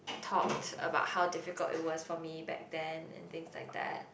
talked about how difficult it was for me back then and things like that